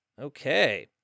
Okay